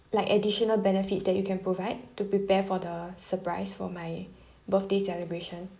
like additional benefits that you can provide to prepare for the surprise for my birthday celebration